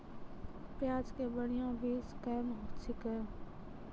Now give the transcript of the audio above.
प्याज के बढ़िया बीज कौन छिकै?